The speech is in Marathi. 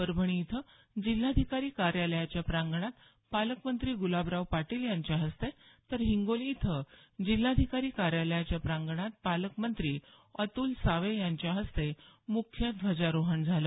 परभणी इथं जिल्हाधिकारी कार्यालयाच्या प्रांगणात पालकमंत्री गुलाबराव पाटील यांच्या हस्ते तर हिंगोली इथं जिल्हाधिकारी कार्यालयाच्या प्रांगणात पालकमंत्री अतुल सावे यांच्या हस्ते मुख्य ध्वजारोहण झालं